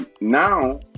Now